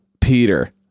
Peter